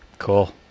Cool